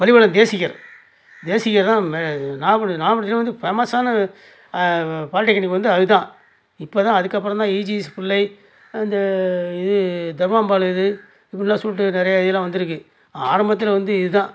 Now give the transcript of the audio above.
பள்ளிக்கூட தேசிகர் தேசிகர் தான் நாகப்பட்டனம் நாகப்பட்டனதத்துலேயே வந்து ஃபேமஸ்ஸான பாலிடெக்னிக் வந்து அது தான் இப்போ தான் அதுக்கு அப்புறம் தான் இஜிஎஸ் பிள்ளை அந்த இது தர்வாம்பால் இது இப்படிலாம் சொல்லிட்டு நிறையா இதெலாம் வந்துருக்கு ஆரமபத்தில் வந்து இது தான்